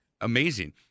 amazing